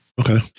Okay